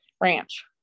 ranch